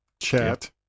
chat